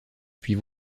puis